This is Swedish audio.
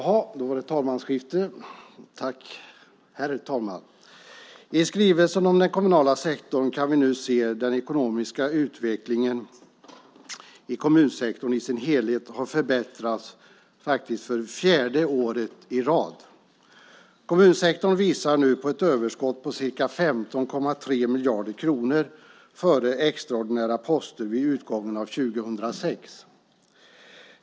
Herr talman! I skrivelsen om den kommunala sektorn kan vi se att den ekonomiska utvecklingen i kommunsektorn i sin helhet har förbättrats för fjärde året i rad. Kommunsektorn visade ett överskott på ca 15,3 miljarder kronor före extraordinära poster vid utgången av 2006.